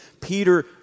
Peter